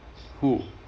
who